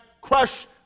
crush